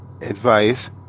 advice